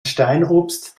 steinobst